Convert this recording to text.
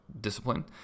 discipline